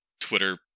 Twitter